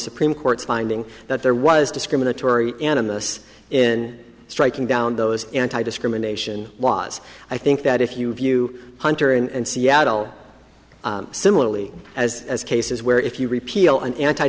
supreme court's finding that there was discriminatory animus in striking down those anti discrimination laws i think that if you view hunter and seattle similarly as as cases where if you repeal an